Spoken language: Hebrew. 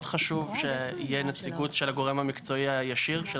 חשוב שתהיה נציגות של הגורם המקצועי הישיר.